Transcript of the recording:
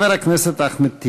חבר הכנסת אחמד טיבי.